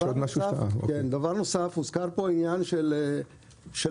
דבר נוסף, הוזכר פה עניין ההפרטה.